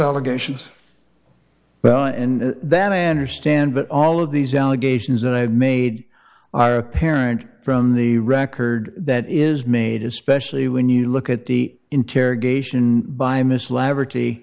allegations well and that i understand but all of these allegations that i have made are apparent from the record that is made especially when you look at the interrogation by miss la